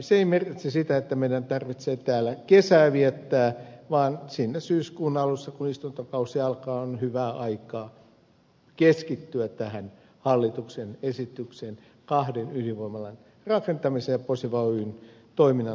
se ei merkitse sitä että meidän tarvitsee täällä kesää viettää vaan siinä syyskuun alussa kun istuntokausi alkaa on hyvää aikaa keskittyä tähän hallituksen esitykseen kahden ydinvoimalan rakentamisesta ja posiva oyn toiminnan laajentamiseen